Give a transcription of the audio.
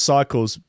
Cycles